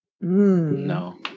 No